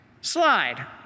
slide